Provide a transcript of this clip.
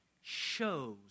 shows